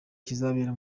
kizabera